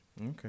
Okay